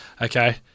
Okay